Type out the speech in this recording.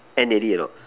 end already or not